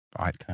Right